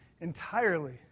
entirely